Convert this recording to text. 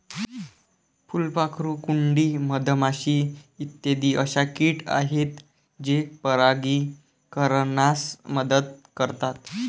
फुलपाखरू, कुंडी, मधमाशी इत्यादी अशा किट आहेत जे परागीकरणास मदत करतात